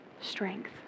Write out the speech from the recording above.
strength